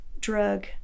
drug